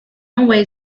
away